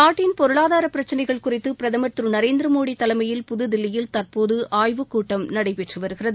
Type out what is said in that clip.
நாட்டின் பொருளாதார பிரச்சினைகள் குறித்து பிரதமர் திரு நரேந்திர மோடி தலைமையில் புதுதில்லியில் தற்போது ஆய்வுக்கூட்டம் நடைபெற்று வருகிறது